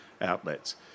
outlets